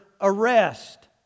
arrest